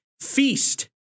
feast